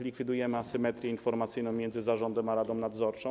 Likwidujemy asymetrię informacyjną między zarządem a radą nadzorczą.